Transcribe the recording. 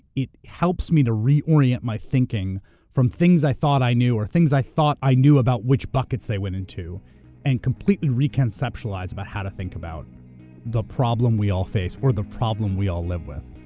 it helps me to reorient my thinking from things i thought i knew or things i thought i knew about which buckets they went into and completely re-conceptualize re-conceptualize about how to think about the problem we all face or the problem we all live with,